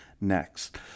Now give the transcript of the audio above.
Next